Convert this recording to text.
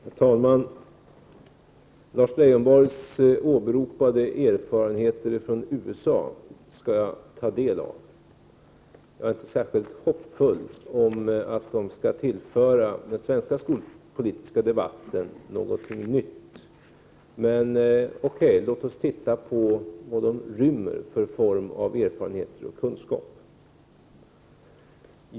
Herr talman! Lars Leijonborgs åberopade erfarenheter från USA skall jag ta del av. Jag har inget större hopp om att de skall tillföra den svenska skolpolitiska debatten någonting nytt. Men, okej, låt oss se vad de har att ge av erfarenhet och kunskap.